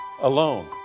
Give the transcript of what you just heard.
alone